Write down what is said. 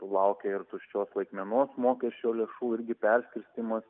laukia ir tuščios laikmenos mokesčio lėšų irgi perskirstymas